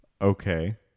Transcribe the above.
Okay